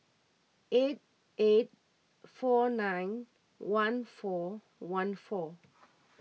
eight eight four nine one four one four